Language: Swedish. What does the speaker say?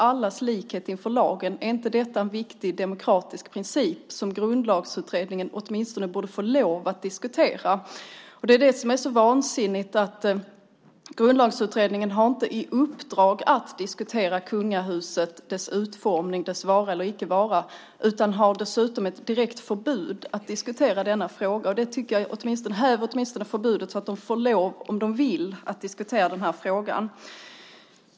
Allas likhet inför lagen - är inte det en viktig demokratisk princip som Grundlagsutredningen åtminstone borde få lov att diskutera? Det som är så vansinnigt är inte bara att Grundlagsutredningen inte har i uppdrag att diskutera kungahuset, dess utformning och dess vara eller icke vara utan att man dessutom har ett direkt förbud att diskutera denna fråga. Jag tycker att förbudet åtminstone bör hävas, så att utredningen får lov att diskutera den här frågan om man vill.